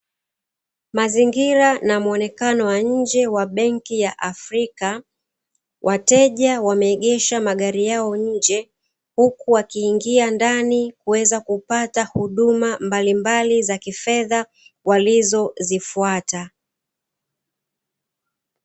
Mazingira na muonekano wa nje wa benki ya Afrika, wateja wameegesha mageri yao nje huku wakiingia ndani kuweza kupata huduma mbalimbali za kifedha walizozifuata.